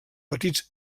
petits